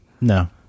no